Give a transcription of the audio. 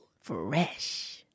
Fresh